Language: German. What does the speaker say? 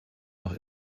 noch